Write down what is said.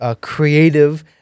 creative